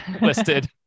listed